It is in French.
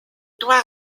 doit